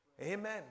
Amen